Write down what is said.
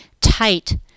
tight